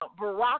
Barack